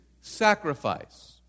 sacrifice